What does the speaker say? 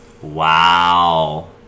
Wow